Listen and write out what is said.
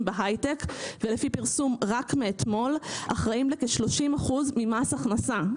בהיי-טק ולפי פרסום רק מאתמול אחראים לכ-30 אחוזים ממס הכנסה.